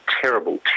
terrible